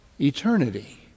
eternity